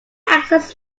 access